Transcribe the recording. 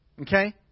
Okay